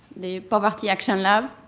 the poverty action lab,